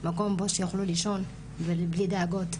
מקום בו שיוכלו לישון ובלי דאגות,